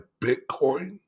Bitcoin